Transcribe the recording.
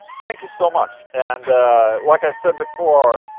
thank you so much and like i said before,